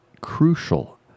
crucial